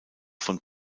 von